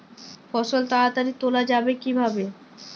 ফসল তাড়াতাড়ি তোলা যাবে কিভাবে?